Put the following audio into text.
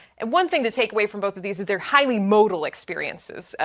and one thing to take away from both of these is they're highly mobile experiences,